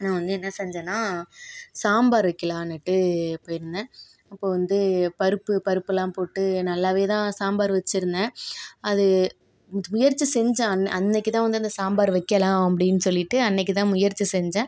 நான் வந்து என்ன செஞ்சன்னா சாம்பார் வைக்கிலான்னுட்டு போயிர்ந்தேன் அப்போ வந்து பருப்பு பருப்புலாம் போட்டு நல்லாவே தான் சாம்பார் வச்சிருந்தேன் அது முட் முயற்சி செஞ்சன் அன் அன்னிக்கு தான் வந்து அந்த சாம்பார் வைக்கலாம் அப்படின் சொல்லிவிட்டு அன்னிக்கு தான் முயற்சி செஞ்சன்